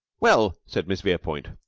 well, said miss verepoint,